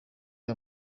aya